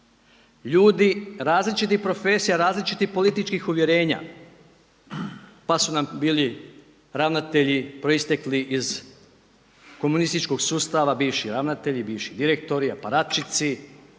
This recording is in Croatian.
Ljudi različitih profesija, različitih političkih uvjerenja pa su nam bili ravnatelji proistekli iz komunističkog sustava, bivši ravnatelji, bivši direktori, …/Govornik